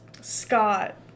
Scott